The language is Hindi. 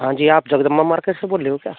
हाँ जी आप चंद्रिमा मार्केट से बोल रहे हो क्या